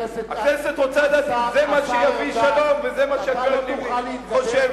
הכנסת רוצה לדעת אם זה מה שיביא שלום וזה מה שהגברת לבני חושבת.